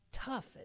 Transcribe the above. tough